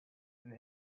and